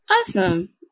Awesome